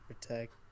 protect